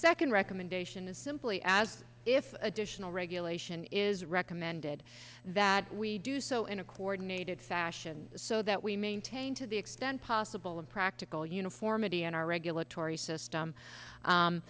second recommendation is simply as if additional regulation is recommended that we do so in a coordinated fashion so that we maintain to the extent possible and practical uniformity in our regulatory system